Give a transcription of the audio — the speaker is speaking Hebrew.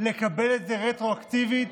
לקבל את זה רטרואקטיבית,